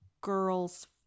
Girls